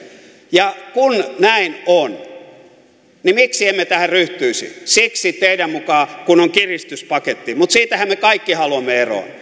ja kun näin on niin miksi emme tähän ryhtyisi siksi teidän mukaanne kun on kiristyspaketti mutta siitähän me kaikki haluamme eroon